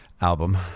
album